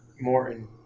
Morton